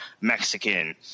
Mexican